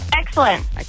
excellent